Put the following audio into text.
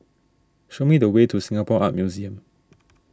show me the way to Singapore Art Museum